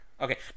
Okay